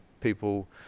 people